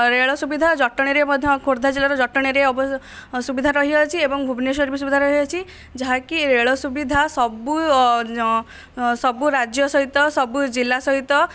ରେଳ ସୁବିଧା ଜଟଣୀରେ ମଧ୍ୟ ଖୋର୍ଦ୍ଧା ଜିଲ୍ଲାର ଜଟଣୀରେ ଅବ ସୁବିଧା ରହିଅଛି ଏବଂ ଭୁବନେଶ୍ୱର ବି ସୁବିଧା ରହିଅଛି ଯାହାକି ରେଳ ସୁବିଧା ସବୁ ସବୁ ରାଜ୍ୟ ସହିତ ସବୁ ଜିଲ୍ଲା ସହିତ